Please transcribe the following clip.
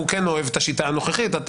הוא כן אוהב את השיטה הנוכחית,